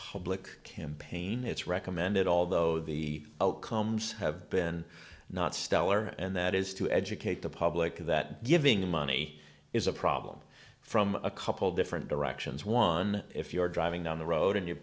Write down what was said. public campaign it's recommended although the outcomes have been not stellar and that is to educate the public that giving money is a problem from a couple different directions one if you're driving down the road and you